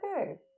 okay